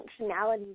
functionality